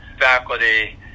faculty